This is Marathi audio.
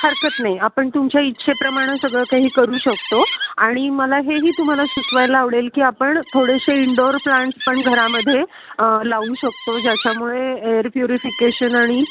हरकत नाही आपण तुमच्या इच्छेप्रमाणं सगळं काही करू शकतो आणि मला हे तुम्हाला सुचवायला आवडेल की आपण थोडेसे इंडोअर प्लांट्स पण घरामध्ये लावू शकतो ज्याच्यामुळे एअर प्युरिफिकेशन आणि